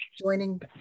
joining